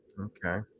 Okay